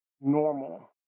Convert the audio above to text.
normal